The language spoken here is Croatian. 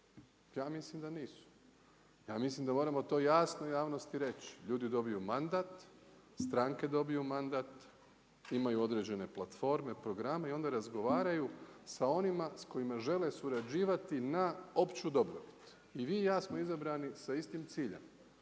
Ja mislim da nisu. Ja mislim da moramo to jasno javnosti reći. Ljudi dobiju mandat, stranke dobiju mandat, imaju određene platforme, programe i onda razgovaraju sa onima s kojima žele surađivati na opću dobrobit. I vi i ja smo izabrani sa istim ciljem,